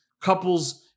couples